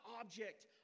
object